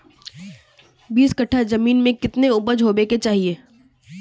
बीस कट्ठा जमीन में कितने उपज होबे के चाहिए?